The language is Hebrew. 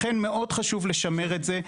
יש גריעה, לכן חשוב מאוד לשמר את זה.